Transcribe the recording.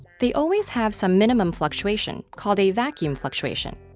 they always have some minimum fluctuation called a vacuum fluctuation.